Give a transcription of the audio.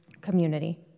community